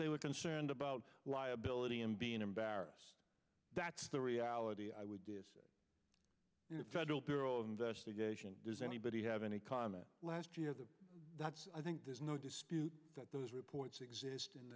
they were concerned about liability i'm being embarrassed that's the reality i would be in the federal bureau of investigation does anybody have any comment last year that i think there's no dispute that those reports exist and